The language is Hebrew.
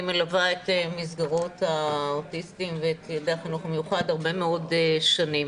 אני מלווה את מסגרות האוטיסטים ואת ילדי החינוך המיוחד הרבה מאוד שנים.